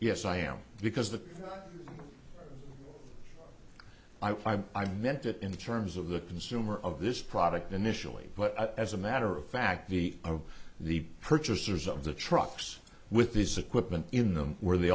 yes i am because the i meant it in terms of the consumer of this product initially but as a matter of fact the of the purchasers of the trucks with this equipment in them were the